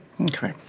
Okay